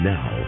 Now